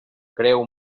creu